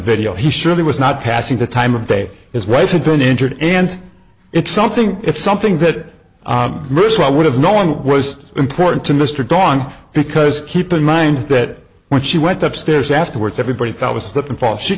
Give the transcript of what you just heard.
video he surely was not passing the time of day his wife had been injured and it's something it's something that risk i would have knowing it was important to mr gong because keep in mind that when she went upstairs afterwards everybody thought was s